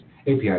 API